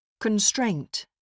Constraint